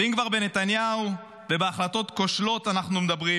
ואם כבר בנתניהו ובהחלטות כושלות אנחנו מדברים,